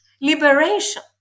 Liberation